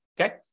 okay